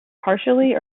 partially